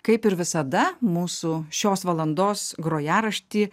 kaip ir visada mūsų šios valandos grojaraštį